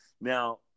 Now